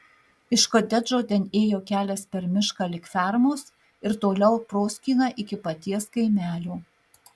iš kotedžo ten ėjo kelias per mišką lig fermos ir toliau proskyna iki paties kaimelio